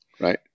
right